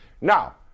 Now